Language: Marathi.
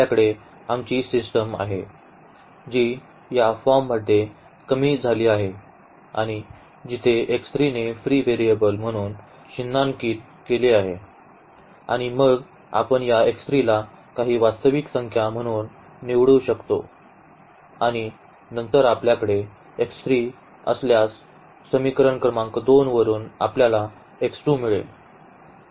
आपल्याकडे आमची सिस्टम आहे जी या फॉर्ममध्ये कमी झाली आहे आणि जिथे ने फ्री व्हेरिएबल म्हणून चिन्हांकित केले आहे आणि मग आपण या ला काही वास्तविक संख्या म्हणून निवडू शकतो आणि नंतर आपल्याकडे असल्यास समीकरण क्रमांक 2 वरून आपल्याला मिळेल